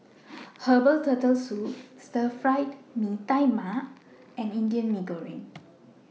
Herbal Turtle Soup Stir Fried Mee Tai Mak and Indian Mee Goreng